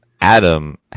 Adam